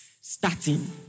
starting